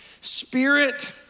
Spirit